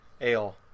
ale